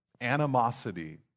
animosity